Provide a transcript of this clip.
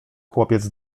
chłopiec